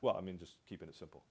well i mean just keep it simple